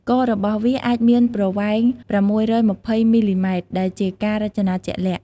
ករបស់វាអាចមានប្រវែង ៦២០ មីលីម៉ែត្រ ដែលជាការរចនាជាក់លាក់។